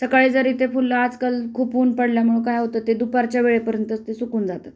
सकाळी जरी इथे फुलं आजकाल खूप ऊन पडल्यामुळं काय होतं ते दुपारच्या वेळेपर्यंतच ते सुकून जातात